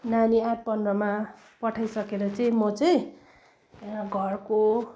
नानी आठ पन्ध्रमा पठाइसकेर चाहिँ म चाहिँ यहाँ घरको